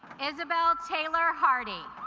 isabel taylor hardy